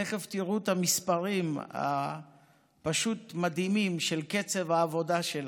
תכף תראו את המספרים הפשוט-מדהימים של קצב העבודה שלה.